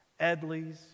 Edleys